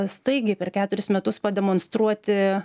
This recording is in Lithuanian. staigiai per keturis metus pademonstruoti